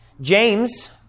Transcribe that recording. James